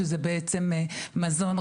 שזה בעצם מזון,